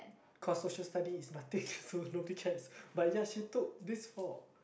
cause social-studies is nothing to nobody cares but ya she took these four